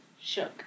shook